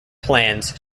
plans